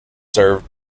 served